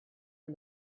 and